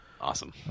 Awesome